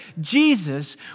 Jesus